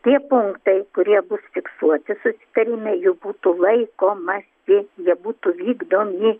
tie punktai kurie bus fiksuoti susitarime jų būtų laikomasi jie būtų vykdomi